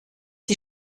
die